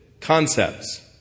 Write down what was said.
concepts